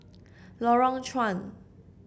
Lorong Chuan